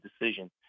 decision